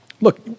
look